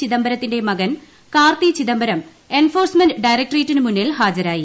ചിദംബരത്തിന്റെ മകൻ കാർത്തി ചിദംബരം എൻഫോഴ്സ്മെന്റ് ഡയറക്ട്രേറ്റിനു മുന്നിൽ ഹാജരായി